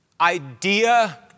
idea